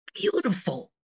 beautiful